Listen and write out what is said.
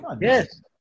Yes